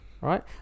Right